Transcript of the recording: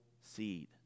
seed